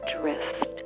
drift